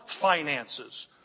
finances